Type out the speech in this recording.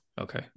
okay